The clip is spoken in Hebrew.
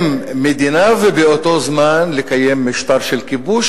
מדינה ובאותו זמן לקיים משטר של כיבוש,